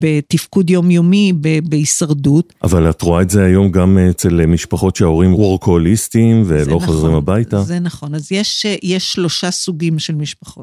בתפקוד יומיומי בהישרדות. אבל את רואה את זה היום גם אצל משפחות שההורים וורקוהוליסטיים ולא חוזרים הביתה. זה נכון. אז יש שלושה סוגים של משפחות.